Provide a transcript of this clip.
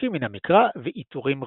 פסוקים מן המקרא ועיטורים רבים.